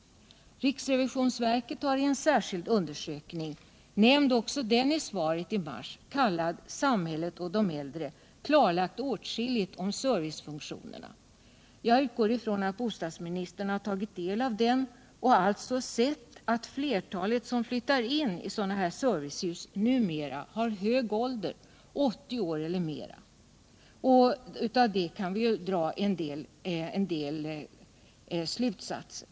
Riksrevisionsverket har i en särskild undersökning — också nämnd i svaret i mars — kallad Samhället och de äldre klarlagt åtskilligt om servicefunktionerna. Jag utgår från att Elvy Olsson också har tagit del av denna och alltså sett att flertalet som flyttar in i sådana här servicehus numera har uppnått hög ålder. Många är 80 år eller mera. Härav kan vi dra en del slutsatser.